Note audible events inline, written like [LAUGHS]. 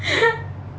[LAUGHS]